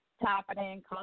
happening